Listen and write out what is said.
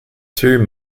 two